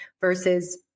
versus